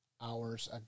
hours